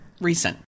recent